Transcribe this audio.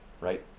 Right